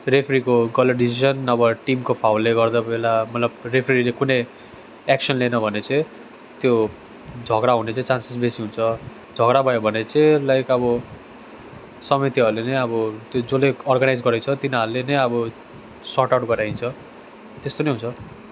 रेफ्रीको गलत डिसिसन नभएर टिमको फाउलले गर्दा बेला मतलब रेफ्रीले कुनै एक्सन लिनु हो भने चाहिँ त्यो झगडा हुने चाहिँ चान्सेस बेसी हुन्छ झगडा भयो भने चाहिँ लाइक अब समितिहरूले नै अब त्यो जसले अर्गनाइज गरेको छ तिनीहरूले नै अब सर्टआउट गराइदिन्छ त्यस्तो पनि हुन्छ